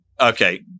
okay